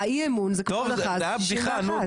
האי אמון זה רוב של 61. בדיחה נו,